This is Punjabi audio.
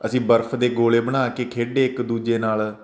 ਅਸੀਂ ਬਰਫ ਦੇ ਗੋਲੇ ਬਣਾ ਕੇ ਖੇਡੇ ਇੱਕ ਦੂਜੇ ਨਾਲ